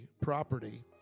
property